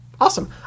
Awesome